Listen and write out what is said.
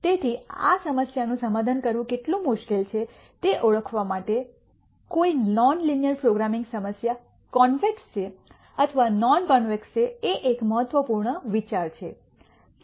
તેથી સમસ્યાનું સમાધાન કરવું કેટલું મુશ્કેલ છે તે ઓળખવા માટે કોઈ નોન લીનિયર પ્રોગ્રામિંગ સમસ્યા કોન્વેક્સ છે અથવા નોન કોન્વેક્સ એ એક મહત્વપૂર્ણ વિચાર છે